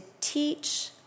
teach